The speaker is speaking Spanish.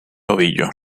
tobillo